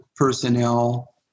personnel